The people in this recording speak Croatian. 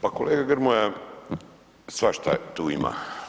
Pa kolega Grmoja, svašta tu ima.